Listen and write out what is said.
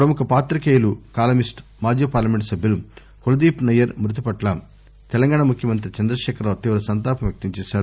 ప్రముఖ పాతికేయులు కాలమిస్తు మాజీ పార్లమెంట్ సభ్యుడు కులదీప్ నయ్యర్ మృతిపట్ల తెలంగాణ ముఖ్యమంతి చంద్రశేఖర్రావు త్వీవ సంతాపం వ్యక్తం చేశారు